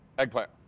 eggplant.